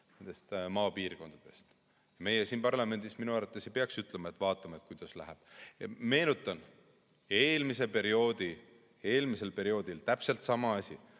maapiirkondadest. Meie siin parlamendis minu arvates ei peaks ütlema, et vaatame, kuidas läheb. Meenutan, et eelmisel perioodil oli täpselt sama asi.